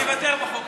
אני אוותר בחוק הזה.